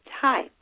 time